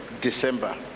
december